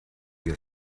wir